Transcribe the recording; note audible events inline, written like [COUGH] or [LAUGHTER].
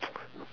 [NOISE]